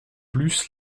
plus